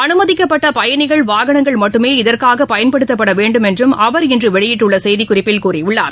அனுமதிக்கப்பட்டபயணிகள் வாகனங்கள் மட்டுமே இதற்காகபயன்படுத்தப்படவேண்டும் என்றும் அவர் இன்றவெளியிட்டுள்ளசெய்திக்குறிப்பில் கூறியுள்ளார்